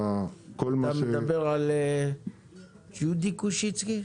כל --- אתה מדבר על ג'ודי קושיצקי?